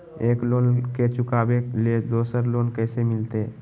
एक लोन के चुकाबे ले दोसर लोन कैसे मिलते?